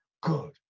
good